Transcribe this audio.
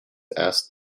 asked